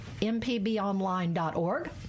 mpbonline.org